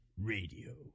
Radio